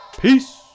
Peace